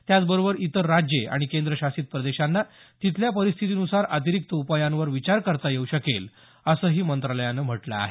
त्याचबरोबर इतर राज्ये आणि केंद्रशासित प्रदेशांना तिथल्या परिस्थितीनुसार अतिरिक्त उपायांवर विचार करता येऊ शकेल असंही मंत्रालयानं म्हटलं आहे